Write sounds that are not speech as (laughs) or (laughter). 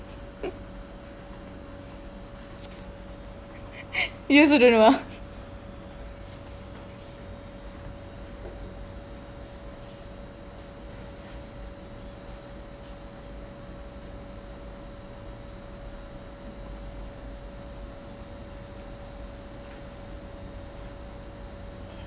(laughs) you also don’t know ah